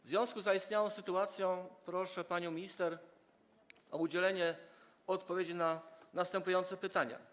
W związku z zaistniałą sytuacją proszę panią minister o odpowiedzi na następujące pytania.